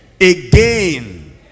again